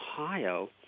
Ohio